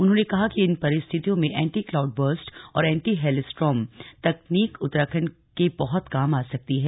उन्होंने कहा कि इन परिस्थितियों में एंटी क्लाउड बर्स्ट और एंटी हेल स्टॉर्म तकनीक उत्तराखण्ड के बहुत काम आ सकती है